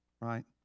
right